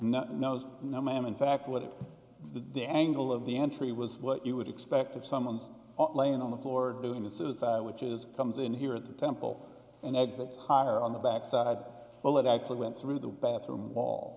a nose no ma'am in fact what if the dangle of the entry was what you would expect if someone's laying on the floor doing a suicide which is comes in here at the temple and exits higher on the back side well it actually went through the bathroom wall